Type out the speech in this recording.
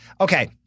Okay